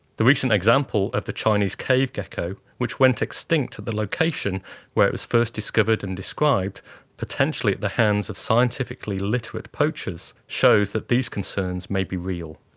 the recent example of the chinese cave gecko, which went extinct at the location where it was first discovered and described potentially at the hands of scientifically literate poachers shows that these concerns may be real.